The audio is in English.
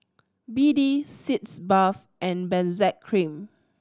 B D Sitz Bath and Benzac Cream